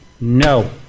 No